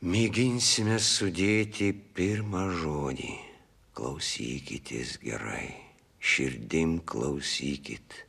mėginsime sudėti pirmą žodį klausykitės gerai širdim klausykit